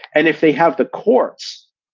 and if they have the courts,